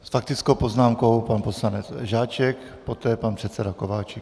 S faktickou poznámkou pan poslanec Žáček, poté pan předseda Kováčik.